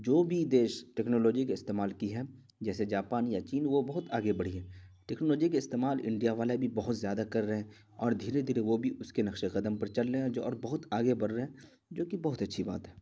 جو بھی دیش ٹکنالوجی کا استعمال کی ہے جیسے جاپان یا چین وہ بہت آگے بڑھی ہے ٹکنالوجی کا استعمال انڈیا والے بھی بہت زیادہ کر رہے ہیں اور دھیرے دھیرے وہ بھی اس کے نقش قدم پہ چل رہے ہیں اور جو اور بہت آگے بڑھ رہے ہیں جو کہ بہت اچھی بات ہے